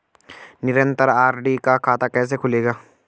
निरन्तर आर.डी का खाता कैसे खुलेगा?